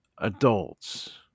adults